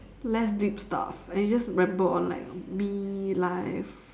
less deep stuff and you just ramble on like me life